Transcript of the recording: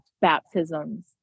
Baptisms